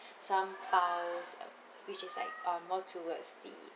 some baos which is like um more towards the